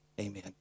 amen